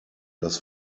das